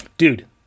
Dude